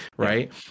Right